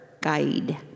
guide